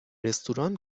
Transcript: رستوران